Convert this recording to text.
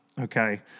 okay